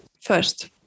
First